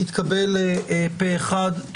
התקבל פה אחד.